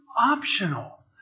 optional